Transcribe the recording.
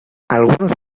algunos